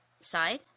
side